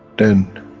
then,